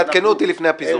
רק תעדכנו אותי לפני הפיזור.